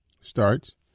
starts